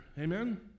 Amen